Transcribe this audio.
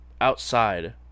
outside